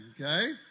Okay